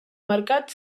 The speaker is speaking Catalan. mercat